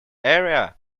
area